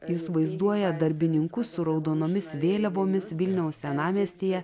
jis vaizduoja darbininkus su raudonomis vėliavomis vilniaus senamiestyje